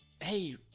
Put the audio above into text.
Hey